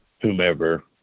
whomever